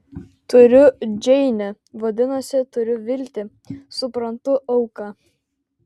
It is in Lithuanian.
turiu džeinę vadinasi turiu viltį suprantu auką